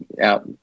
out